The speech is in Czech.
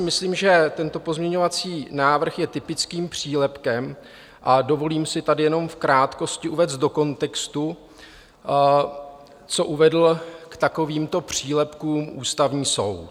Myslím si, že tento pozměňovací návrh je typickým přílepkem, a dovolím si tady jenom v krátkosti uvést do kontextu, co uvedl k takovýmto přílepkům Ústavní soud.